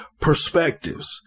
perspectives